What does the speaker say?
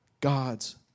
God's